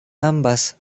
ambas